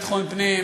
בדיוק.